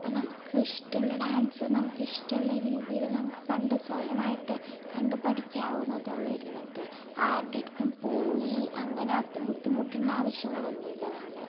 അപ്പം നമുക്കിഷ്ട്ടുള്ള ഡാൻസ് നമുക്കിഷ്ട്ടമുള്ള രീതിയിൽ നമുക്ക് കണ്ട് സ്വയമായിട്ട് കണ്ട് പഠിക്കാവുന്നതെയുള്ളൂ ഇരുന്നിട്ട് ആരുടെടുത്തും പോയി അങ്ങനെ ബുദ്ധിമുട്ടേണ്ട ആവശ്യങ്ങളൊന്നുമില്ല നമ്മൾ